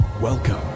Welcome